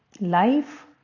life